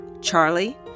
Charlie